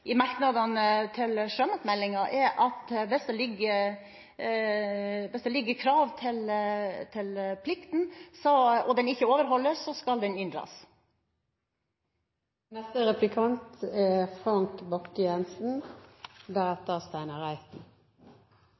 i merknadene til sjømatmeldingen, er at hvis det ligger krav til plikten, og den ikke overholdes, så skal den